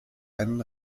einen